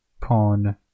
pawn